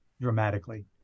dramatically